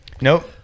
Nope